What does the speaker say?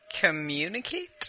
communicate